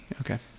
Okay